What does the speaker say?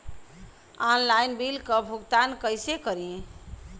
Online bill क भुगतान कईसे करी?